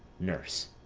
nurse.